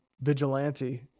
vigilante